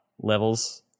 levels